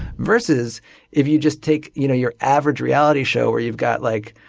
versus if you just take you know your average reality show where you've got like